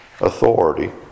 authority